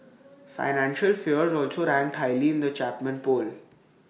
financial fears also ranked highly in the Chapman poll